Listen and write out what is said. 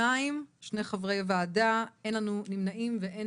הצבעה בעד, 2 נגד, 0 נמנעים, 0 אושר